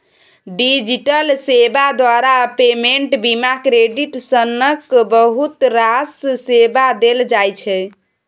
digital सेबा द्वारा payment, बीमा, क्रेडिट सनक बहुत रास सेबा देल जाइ छै